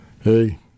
Hey